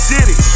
City